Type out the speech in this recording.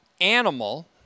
animal